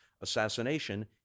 assassination